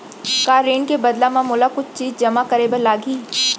का ऋण के बदला म मोला कुछ चीज जेमा करे बर लागही?